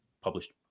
published